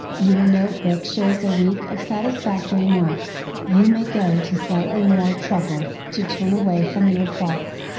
your notebook shows a week of satisfactory marks, you may go to slightly more trouble, to turn away from your faults.